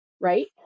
right